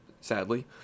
sadly